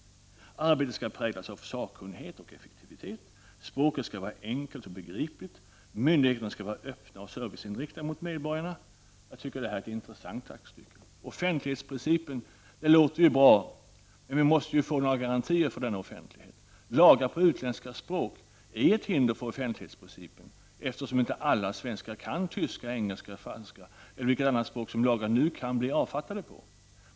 Arbetet skall präglas av sakkunnighet och effektivitet. Språket skall vara enkelt och begripligt. Myndigheterna ska vara öppna och serviceinriktade mot medborgarna”. Detta är ett intressant aktstycke. Offentlighetsprincipen — det låter bra, men vi måste då få garantier för denna offentlighet. Lagar på utländska språk är ett hinder för offentlighetsprincipen, eftersom inte alla svenskar kan tyska, engelska, franska eller vilket annat språk som lagar nu kan bli avfattade på.